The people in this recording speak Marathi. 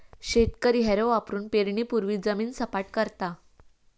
शेतकरी हॅरो वापरुन पेरणीपूर्वी जमीन सपाट करता